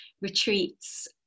retreats